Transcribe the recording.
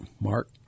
Mark